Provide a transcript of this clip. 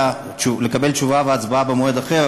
לקבל תשובה והצבעה במועד אחר,